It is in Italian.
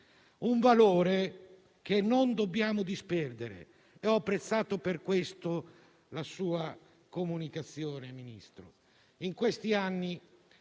un valore che non dobbiamo disperdere e ho apprezzato per questo la sua comunicazione, signor